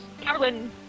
Carolyn